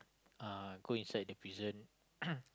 uh go inside the prison